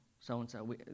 so-and-so